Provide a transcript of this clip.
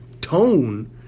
tone